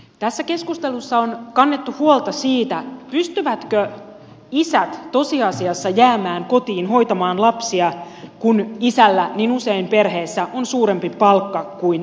tässä keskustelussa on kannettu huolta siitä pystyvätkö isät tosiasiassa jäämään kotiin hoitamaan lapsia kun isällä niin usein perheessä on suurempi palkka kuin äidillä